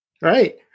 Right